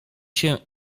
się